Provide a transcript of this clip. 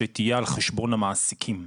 שתהיה על חשבון המעסיקים.